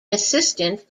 assistant